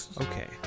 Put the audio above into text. okay